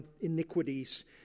iniquities